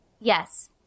Yes